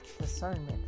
discernment